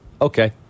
Okay